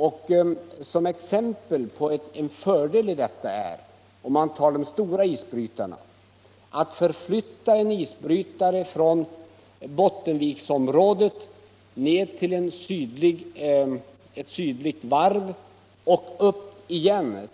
Låt mig ge ett exempel på en fördel med detta. Att flytta en isbrytare från Bottenviksområdet ner till ett svdligt varv och upp igen